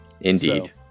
Indeed